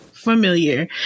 familiar